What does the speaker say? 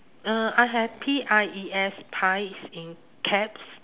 uh I have P I E S pies in caps